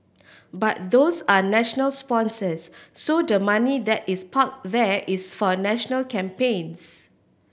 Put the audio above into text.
but those are national sponsors so the money that is parked there is for national campaigns